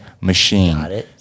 Machine